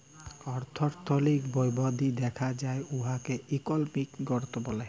অথ্থলৈতিক বিধ্ধি দ্যাখা যায় উয়াকে ইকলমিক গ্রথ ব্যলে